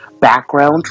background